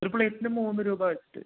ഒരു പ്ലേറ്റിന് മൂന്ന് രൂപ വച്ച്